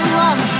love